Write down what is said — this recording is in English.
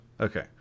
Okay